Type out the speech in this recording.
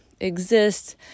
exists